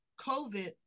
COVID